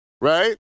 right